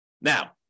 Now